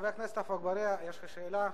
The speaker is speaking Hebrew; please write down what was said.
חבר הכנסת עפו אגבאריה, יש לך שאלה,